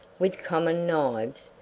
with common knives,